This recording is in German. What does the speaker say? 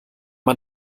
man